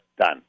done